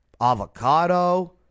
Avocado